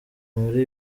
muri